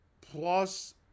plus